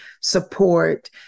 support